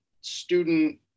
student